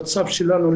המצב שלנו,